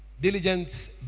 Diligence